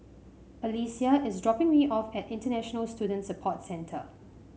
Alesia is dropping me off at International Student Support Centre